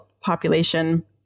population